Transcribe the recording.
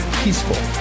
peaceful